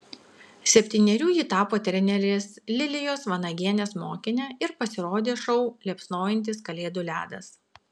septynerių ji tapo trenerės lilijos vanagienės mokine ir pasirodė šou liepsnojantis kalėdų ledas